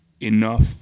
enough